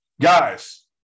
Guys